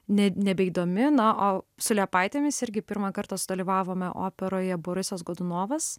ne nebeįdomi na o su liepaitėmis irgi pirmą kartą sudalyvavome operoje borisas godunovas